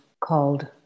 called